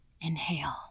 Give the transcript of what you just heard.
Inhale